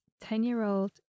Ten-year-old